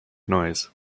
noise